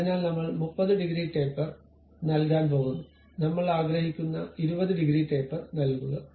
അതിനാൽനമ്മൾ 30 degree taper നൽകാൻ പോകുന്നു നമ്മൾ ആഗ്രഹിക്കുന്ന 20 ഡിഗ്രി ടേപ്പർ നൽകുക